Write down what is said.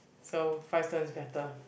so five stone is better